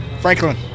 Franklin